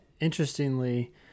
interestingly